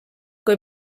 kui